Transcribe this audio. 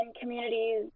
communities